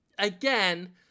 Again